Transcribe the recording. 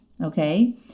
okay